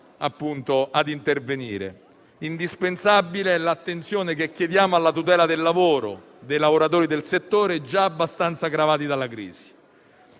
a intervenire. Indispensabile è l'attenzione che chiediamo alla tutela del lavoro e dei lavoratori del settore, già abbastanza gravati dalla crisi.